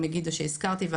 המיקוד הוא ב-5